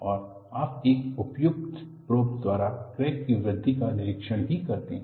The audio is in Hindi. और आप एक उपयुक्त प्रोब द्वारा क्रैक की वृद्धि का निरीक्षण भी करते हैं